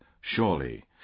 surely